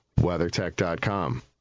WeatherTech.com